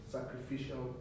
Sacrificial